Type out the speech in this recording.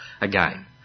again